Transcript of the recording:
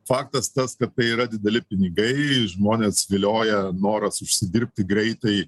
faktas tas kad tai yra dideli pinigai žmones vilioja noras užsidirbti greitai